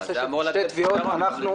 זה אמור לתת פתרון גם לזה.